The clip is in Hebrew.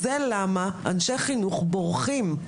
זו הסיבה שאנשי החינוך בורחים,